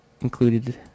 included